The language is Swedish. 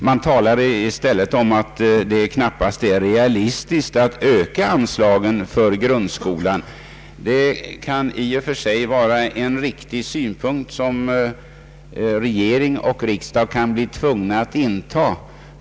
Man talar i stället om att det knappast är realistiskt att öka anslagen till grundskolan. Detta må i och för sig vara en riktig synpunkt, som regering och riksdag kan tvingas anlägga.